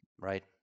right